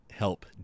help